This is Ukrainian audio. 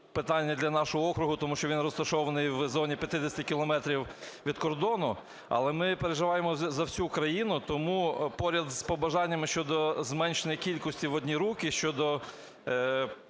питання для нашого округу, тому що він розташований в зоні 50 кілометрів від кордону. Але ми переживаємо за всю країну, тому поряд з побажаннями щодо зменшення кількості в одні руки, щодо